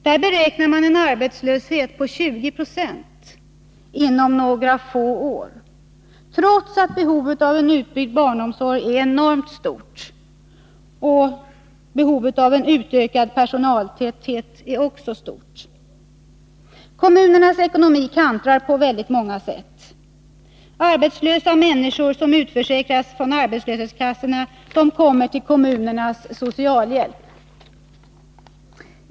Där beräknas det bli en arbetslöshet på 20 26 inom några få år, trots att behovet av en utbyggd barnomsorg är enormt stort och behovet av en utökad personaltäthet också är stort. Kommunernas ekonomi kantrar på väldigt många sätt. Arbetslösa människor som utförsäkras från arbetslöshetskassorna kommer till kommunernas socialhjälp.